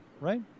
right